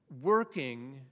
working